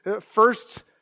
first